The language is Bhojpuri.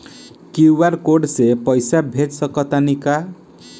क्यू.आर कोड से पईसा भेज सक तानी का?